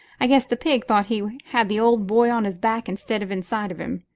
i guess the pig thought he had the old boy on his back instead of inside of him.